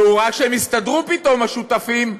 וכשהוא ראה שהסתדרו פתאום, השותפים,